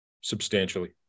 substantially